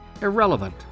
irrelevant